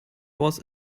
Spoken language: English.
was